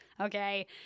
okay